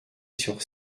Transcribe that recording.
sur